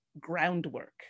Groundwork